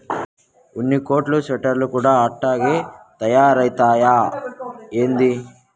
ఉన్ని కోట్లు స్వెటర్లు కూడా అట్టాగే తయారైతయ్యా ఏంది